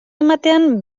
ematean